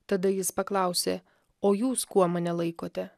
tada jis paklausė o jūs kuo mane laikote